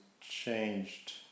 changed